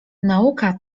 nauka